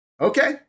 Okay